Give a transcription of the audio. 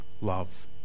love